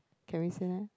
can we say that